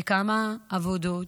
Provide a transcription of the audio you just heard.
בכמה עבודות,